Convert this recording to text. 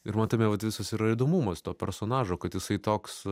ir man tame vat visas yra ir įdomumas to personažo kad jisai toks